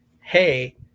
Hey